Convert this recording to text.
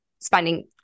spending